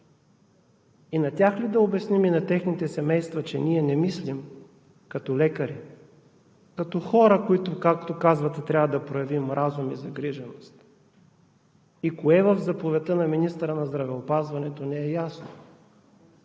И на тях ли да обясним, и на техните семейства, че ние не мислим като лекари, като хора, които, както казвате, трябва да проявим разум и загриженост? И кое в заповедта на министъра на здравеопазването не е ясно